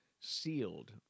sealed